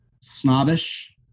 snobbish